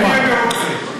איך לא תהיה מרוצה?